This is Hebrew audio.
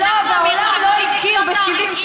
והעולם לא הכיר ב-70%,